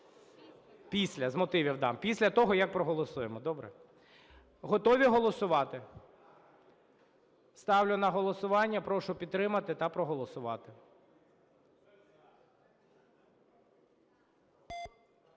після з мотивів дам, після того, як проголосуємо, добре? Готові голосувати? Ставлю на голосування, прошу підтримати та голосувати.